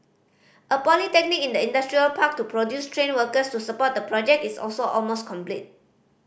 a polytechnic in the industrial park to produce trained workers to support the project is also almost completed